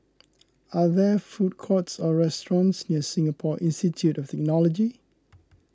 are there food courts or restaurants near Singapore Institute of Technology